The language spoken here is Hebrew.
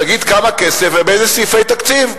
תגיד כמה כסף ובאיזה סעיפי תקציב.